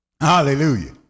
hallelujah